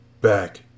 Back